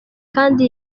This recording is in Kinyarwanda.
kandi